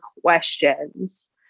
questions